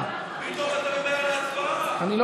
ב-2 במאי 2018 למניינם.